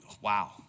wow